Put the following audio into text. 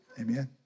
Amen